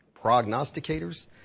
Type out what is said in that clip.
prognosticators